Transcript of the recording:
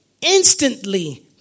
instantly